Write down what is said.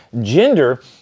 gender